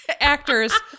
actors